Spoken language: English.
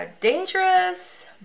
Dangerous